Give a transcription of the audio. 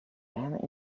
end